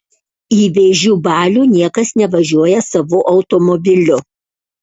į vėžių balių niekas nevažiuoja savu automobiliu